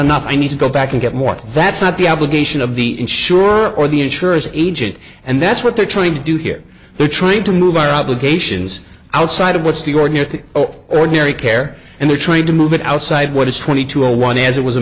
enough i need to go back and get more that's not the obligation of the insurer or the insurance agent and that's what they're trying to do here they're trying to move our obligations outside of what's the order to zero ordinary care and they're trying to move it outside what is twenty to a one as it was a